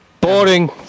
Boring